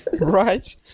Right